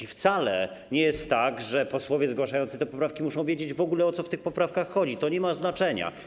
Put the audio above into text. I wcale nie jest tak, że posłowie zgłaszający te poprawki muszą w ogóle wiedzieć, o co w tych poprawkach chodzi, to nie ma znaczenia.